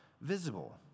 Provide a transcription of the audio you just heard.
visible